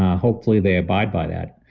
hopefully they abide by that.